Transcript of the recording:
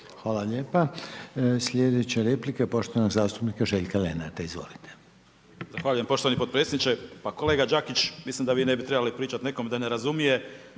Hvala lijepa. Slijedeća replika je poštovanog zastupnika Željka Lenarta. Izvolite. **Lenart, Željko (HSS)** Zahvaljujem poštovani potpredsjedniče. Pa kolega Đakić, mislim vi ne bi trebali pričati nekome da ne razumije